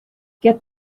get